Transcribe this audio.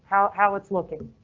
how how it's looking.